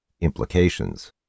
implications